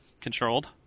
controlled